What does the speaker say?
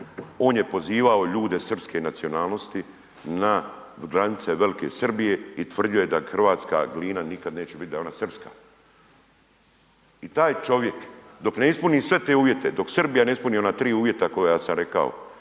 On je pozivao ljude srpske nacionalnosti na granice Velike Srbije i tvrdio je da hrvatska Glina nikad neće biti, da je ona srpska. I taj čovjek dok ne ispuni sve te uvjete, dok Srbija ne ispuni ona 3 uvjeta koja sam rekao,